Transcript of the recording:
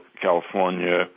California